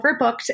overbooked